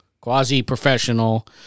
quasi-professional